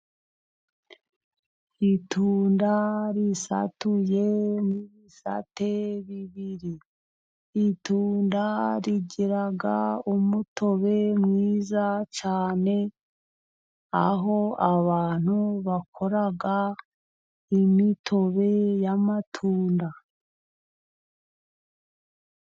Itunda risatuyemo ibibisate bibiri. Itunda rigira umutobe mwiza cyane, aho abantu bakora imitobe y'amatunda.